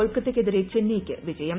കൊൽക്കത്തയ്ക്കെതിരെ ചെന്നൈയ്ക്ക് വിജയം